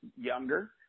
younger